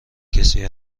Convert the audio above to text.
کسی